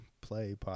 Play